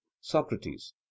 socrates